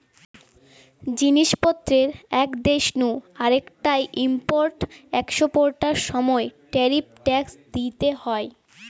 জিনিস পত্রের এক দেশ নু আরেকটায় ইম্পোর্ট এক্সপোর্টার সময় ট্যারিফ ট্যাক্স দিইতে হয়